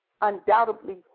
undoubtedly